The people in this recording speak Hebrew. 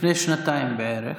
לפני שנתיים בערך.